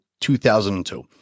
2002